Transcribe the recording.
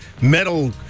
metal